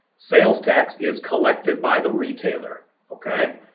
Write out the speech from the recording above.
sales tax is collected by the retailer. okay?